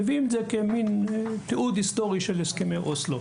מביאים את זה כמן תיעוד היסטורי של הסכמי אוסלו.